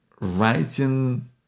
writing